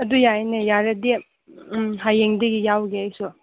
ꯑꯗꯨ ꯌꯥꯏꯅꯦ ꯌꯥꯔꯗꯤ ꯎꯝ ꯍꯌꯦꯡꯗꯒꯤ ꯌꯥꯎꯒꯦ ꯑꯩꯁꯨ